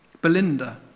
Belinda